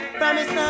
promise